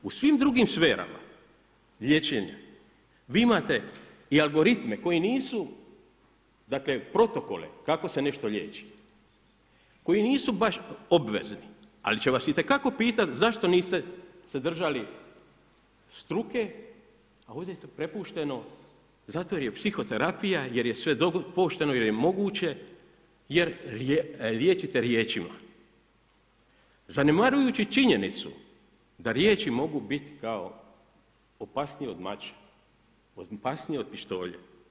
U svim drugim sferama liječenja vi imate i algoritme koji nisu, dakle protokole kako se nešto liječi koji nisu baš obvezni, ali će vas itekako pitati zašto niste se držali struke, a ovdje ste prepušteno zato jer je psihoterapija, jer je sve dopušteno, jer je moguće, jer liječite riječima zanemarujući činjenicu da riječi mogu biti opasnije od mača, opasnije od pištolja.